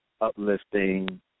uplifting